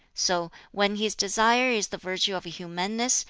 so when his desire is the virtue of humaneness,